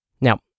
Now